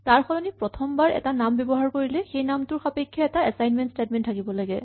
তাৰসলনি আমি প্ৰথমবাৰ এটা নাম ব্যৱহাৰ কৰিলে সেই নামটোৰ সাপেক্ষে এটা এচাইনমেন্ট স্টেটমেন্ট থাকিব লাগে